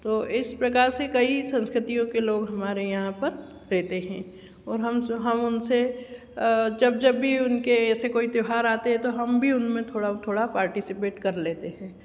तो इस प्रकार से कई संस्कृतियों के लोग हमारे यहाँ पर रहते हैं और हम हम उनसे जब जब भी उनके ऐसे कोई त्योहार आते हैं तो हम भी उनमें थोड़ा थोड़ा पार्टिसिपेट कर लेते हैं